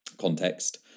context